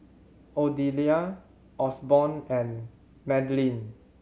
Ardelia Osborne and Madlyn